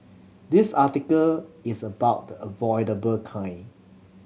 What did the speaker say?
this article is about the avoidable kind